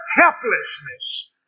helplessness